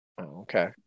Okay